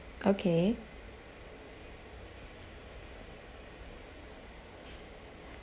okay